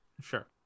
Sure